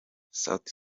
sauti